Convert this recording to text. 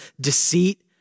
deceit